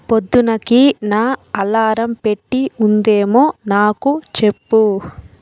పొద్దునకి నా అలారం పెట్టి వుందేమో నాకు చెప్పు